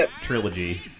trilogy